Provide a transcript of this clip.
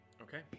Okay